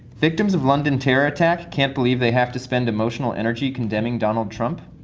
victims of london terror attack can't believe they have to spend emotional energy condemning donald trump.